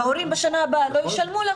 וההורים בשנה הבאה לא ישלמו.